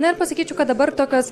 na ir pasakyčiau kad dabar tokios